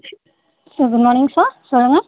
sir sir good morning sir சொல்லுங்க